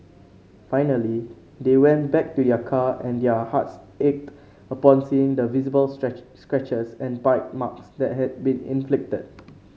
finally they went back to their car and their hearts ached upon seeing the visible stretch scratches and bite marks that had been inflicted